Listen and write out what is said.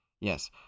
yes